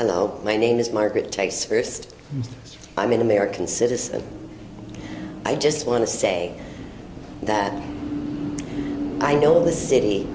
hello my name is margaret takes first i'm an american citizen and i just want to say that i know this city